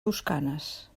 toscanes